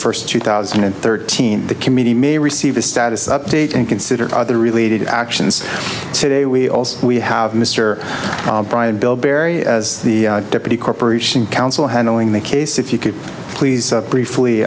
first two thousand and thirteen the committee may receive a status update and consider other related actions today we also we have mr bryan bill barry as the deputy corporation counsel handling the case if you could please briefly